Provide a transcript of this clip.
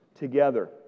Together